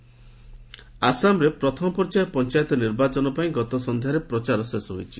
Assam polls ଆସାମରେ ପ୍ରଥମ ପର୍ଯ୍ୟାୟ ପଞ୍ଚାୟତ ନିର୍ବାଚନ ପାଇଁ ଗତ ସନ୍ଧ୍ୟାରେ ପ୍ରଚାର ଶେଷ ହୋଇଛି